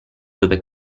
dove